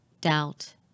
doubt